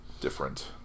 different